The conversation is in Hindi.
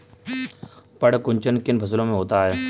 पर्ण कुंचन किन फसलों में होता है?